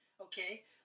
Okay